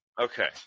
Okay